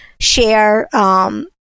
share